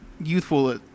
youthful